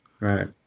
Right